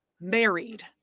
married